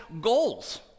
goals